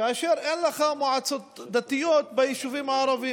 ואין לך מועצות דתיות ביישובים הערביים,